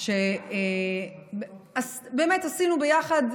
במיוחד כשמדובר על הצעת חוק חדשה שבאמת עשינו ביחד.